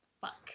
fuck